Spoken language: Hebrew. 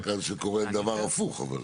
אבל שמעת כאן שקורה דבר הפוך.